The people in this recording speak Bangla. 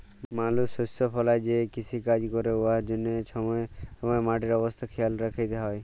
মালুস শস্য ফলাঁয় যে কিষিকাজ ক্যরে উয়ার জ্যনহে ছময়ে ছময়ে মাটির অবস্থা খেয়াল রাইখতে হ্যয়